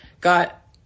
got